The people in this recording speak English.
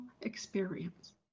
experience